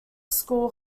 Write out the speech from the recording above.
school